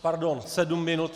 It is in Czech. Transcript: Pardon, sedm minut.